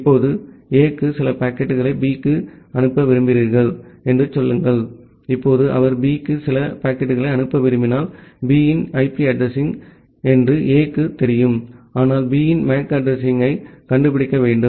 இப்போது A க்கு சில பாக்கெட்டுகளை B க்கு அனுப்ப விரும்புகிறீர்கள் என்று சொல்லுங்கள் இப்போது அவர் B க்கு சில பாக்கெட்டுகளை அனுப்ப விரும்பினால் B இன் ஐபி அட்ரஸிங் என்று A க்குத் தெரியும் ஆனால் B இன் MAC அட்ரஸிங்யைக் கண்டுபிடிக்க வேண்டும்